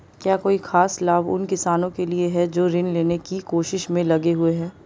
क्या कोई खास लाभ उन किसानों के लिए हैं जो ऋृण लेने की कोशिश में लगे हुए हैं?